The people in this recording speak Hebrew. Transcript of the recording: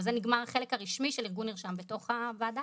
בזה נגמר החלק הרשמי של ארגון מרשם בתוך הוועדה.